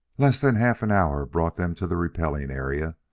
less than half an hour brought them to the repelling area,